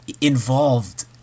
involved